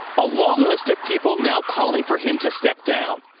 a long list of people now calling for him to step down.